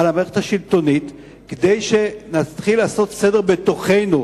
על המערכת השלטונית כדי שנתחיל לעשות סדר בתוכנו.